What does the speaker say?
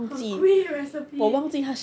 her kuih recipe eh